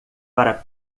para